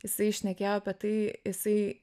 jisai šnekėjo apie tai jisai